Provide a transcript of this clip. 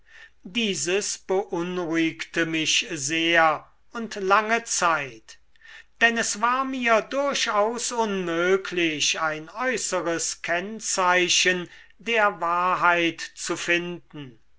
dieses beunruhigte mich sehr und lange zeit denn es war mir durchaus unmöglich ein äußeres kennzeichen der wahrheit zu finden